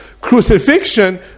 crucifixion